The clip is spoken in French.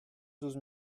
douze